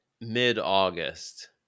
mid-August